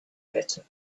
better